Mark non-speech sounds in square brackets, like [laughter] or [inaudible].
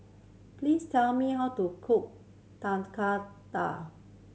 please tell me how to cook [unintelligible]